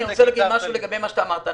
אני רוצה להגיד משהו לגבי מה שאמרת.